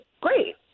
great